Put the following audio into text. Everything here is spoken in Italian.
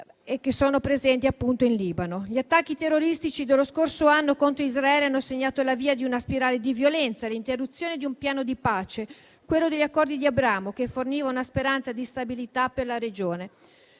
che sono presenti, appunto, in Libano. Gli attacchi terroristici dello scorso anno contro Israele hanno segnato l'avvio di una spirale di violenza e l'interruzione di un piano di pace, quello degli Accordi di Abramo, che forniva una speranza di stabilità per la regione.